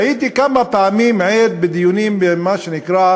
הייתי כמה פעמים עד בדיונים במה שנקרא